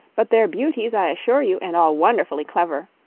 but they're beauties, i assure you, and all wonderfully clever.